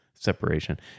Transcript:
separation